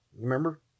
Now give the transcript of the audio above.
Remember